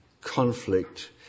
conflict